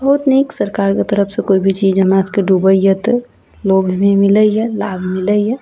बहुत नीक सरकारके तरफसँ कोइ भी चीज हमरा सबके डूबइए तऽ लोभमे मिलइए लाभ मिलइए